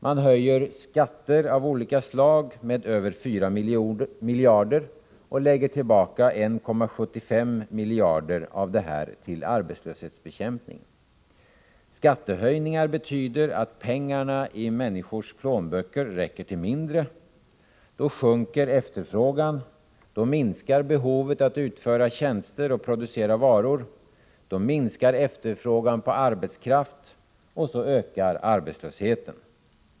Man höjer skatter av olika slag med över 4 miljarder och lägger ut 1,75 miljarder av detta för arbetslöshetsbekämpning. Skattehöjningar betyder att pengarna i människors plånböcker räcker till mindre. Då sjunker efterfrågan, och då minskar behovet av att utföra tjänster och producera varor. Då minskar också efterfrågan på arbetskraft, varpå arbetslösheten ökar.